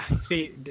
see